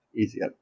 easier